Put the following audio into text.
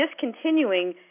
discontinuing